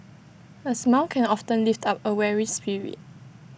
A smile can often lift up A weary spirit